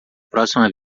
próxima